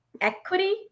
equity